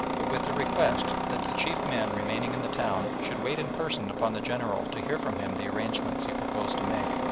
but with the request that the chief men remaining in the town should wait in person upon the general to hear from him the arrangements he proposed to make.